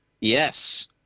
yes